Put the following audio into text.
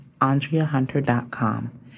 andreahunter.com